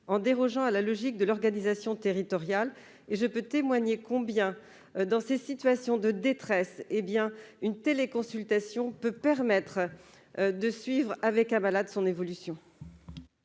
dérogatoire à la logique de l'organisation territoriale. Je puis témoigner que, dans les situations de détresse dont je parle, une téléconsultation peut permettre de suivre avec un malade son évolution